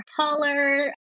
taller